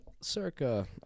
circa